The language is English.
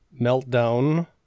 meltdown